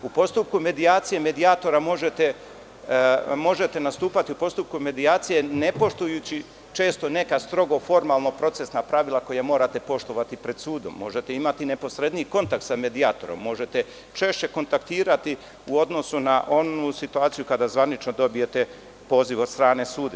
U postupku medijacije možete nastupati ne poštujući često neka strogo formalna procesna pravila koje morati poštovati pred sudom, možete imati neposredniji kontakt sa medijatorom, možete češće kontaktirati u odnosu na onu situaciju kada zvanično dobijete poziv od strane suda.